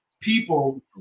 people